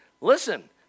Listen